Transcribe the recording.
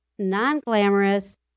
non-glamorous